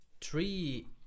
three